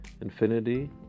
infinity